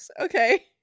okay